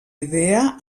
idea